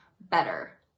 better